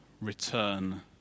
return